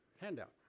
handout